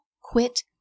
quit